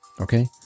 Okay